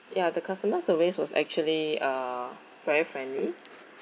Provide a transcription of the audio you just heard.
ya the customer service was actually uh very friendly